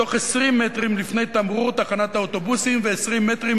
בתוך 20 מטרים לפני תמרור 'תחנת אוטובוסים' ו-20 מטרים"